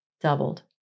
doubled